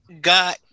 got